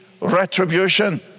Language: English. retribution